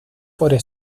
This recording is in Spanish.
por